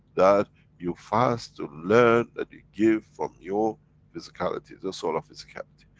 that you fast, to learn that you give from your physicality, the soul of physicality.